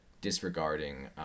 disregarding